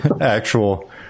actual